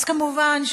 אז כמובן,